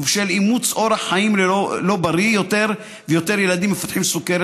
ובשל אימוץ אורח חיים לא בריא יותר ילדים מפתחים סוכרת